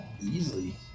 easily